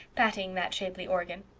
patting that shapely organ.